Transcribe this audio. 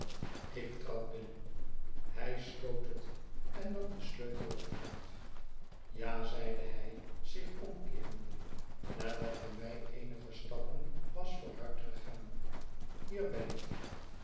ik trad binnen hij sloot het en nam den sleutel er uit ja zeide hij zich omkeerende nadat hij mij eenige stappen was vooruitgegaan hier ben ik